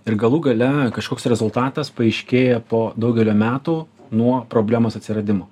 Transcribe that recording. ir galų gale kažkoks rezultatas paaiškėja po daugelio metų nuo problemos atsiradimo